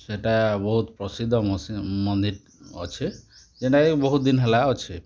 ସେଟା ବହୁତ୍ ପ୍ରସିଦ୍ଧ ମନ୍ଦିର୍ ଅଛେ ଯେନ୍ତା ବହୁତ୍ ଦିନ୍ ହେଲା ଅଛେ